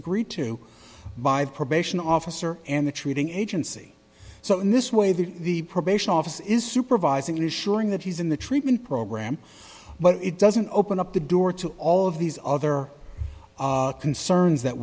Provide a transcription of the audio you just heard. agreed to by the probation officer and the treating agency so in this way that the probation office is supervising it is showing that he's in the treatment program but it doesn't open up the door to all of these other concerns that